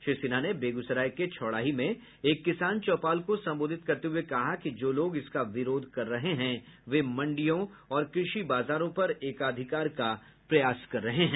श्री सिन्हा ने बेगूसराय के छौड़ाही में एक किसान चौपाल को संबोधित करते हुये कहा कि जो लोग इसका विरोध कर रहे हैं वे मंडियों और कृषि बाजारों पर एकाधिकार का प्रयास कर रहे हैं